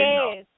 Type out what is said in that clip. Yes